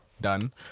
done